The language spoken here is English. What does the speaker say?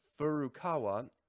Furukawa